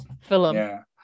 film